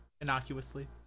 innocuously